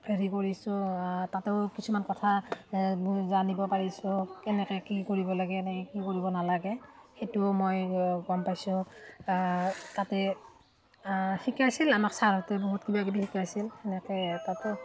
হেৰি কৰিছোঁ তাতো কিছুমান কথা জানিব পাৰিছোঁ কেনেকৈ কি কৰিব লাগে এনেকৈ কি কৰিব নালাগে সেইটোও মই গম পাইছোঁ তাতে শিকাইছিল আমাক ছাৰতে বহুত কিবাকিবি শিকাইছিল সেনেকৈ তাতো